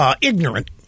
ignorant